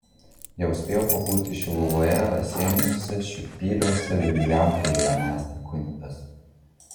jau spėjau pabūti šiluvoje raseiniuose šiupyliuose vilijampolėje mąstė kunigas